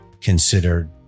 considered